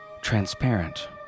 transparent